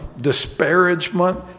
disparagement